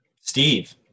Steve